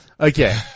Okay